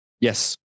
Yes